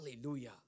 Hallelujah